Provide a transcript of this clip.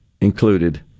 included